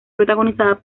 protagonizada